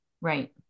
Right